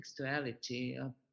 textuality